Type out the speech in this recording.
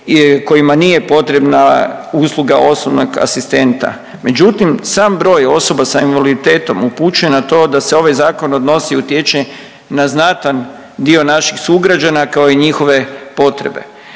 kojima nije usluga osobnog asistenta. Međutim, sam broj osoba s invaliditetom upućuje na to da se ovaj Zakon odnosi i utječe na znatan dio naših sugrađana, kao i njihove potrebe.